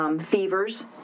Fevers